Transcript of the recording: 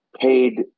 paid